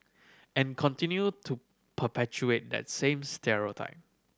and continue to perpetuate that same stereotype